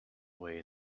way